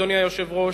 אדוני היושב-ראש,